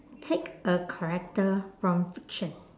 take a character from fiction